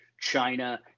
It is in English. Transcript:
China